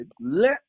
let